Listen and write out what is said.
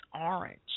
orange